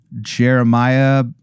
jeremiah